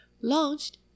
launched